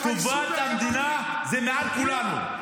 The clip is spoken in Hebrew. טובת המדינה היא מעל כולנו.